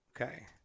Okay